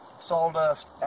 sawdust